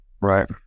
Right